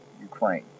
Ukraine